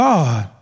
God